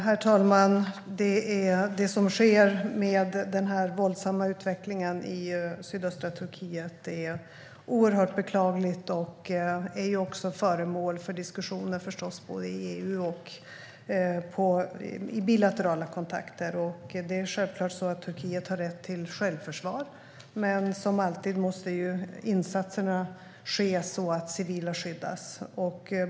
Herr talman! Det som sker i den våldsamma utvecklingen i sydöstra Turkiet är oerhört beklagligt. Det är också föremål för diskussion både i EU och vid bilaterala kontakter. Självklart har Turkiet rätt till självförsvar, men som alltid måste ju insatserna ske så att civila skyddas.